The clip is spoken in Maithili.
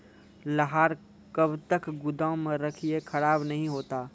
लहार कब तक गुदाम मे रखिए खराब नहीं होता?